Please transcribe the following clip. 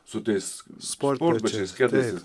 su tais sportbačiais kedais tais